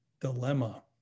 dilemma